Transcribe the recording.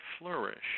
flourish